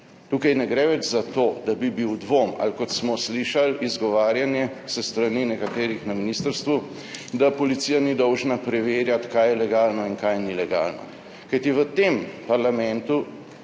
Tukaj ne gre več za to, da bi bil dvom, ali kot smo slišali izgovarjanje s strani nekaterih na ministrstvu, da policija ni dolžna preverjati, kaj je legalno in kaj ni legalno. Kajti v tem parlamentu